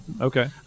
Okay